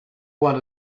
one